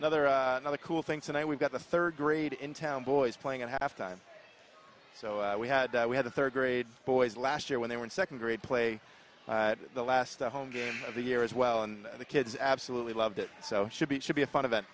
another another cool thing tonight we've got the third grade in town boys playing at halftime so we had we had a third grade boys last year when they were in second grade play the last home game of the year as well and the kids absolutely loved it so should be should be a fun event